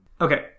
Okay